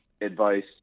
advice